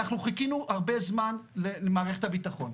אנחנו חיכינו הרבה זמן למערכת הביטחון.